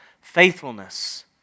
Faithfulness